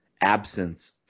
absence